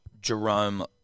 Jerome